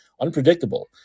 unpredictable